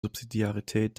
subsidiarität